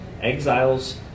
exiles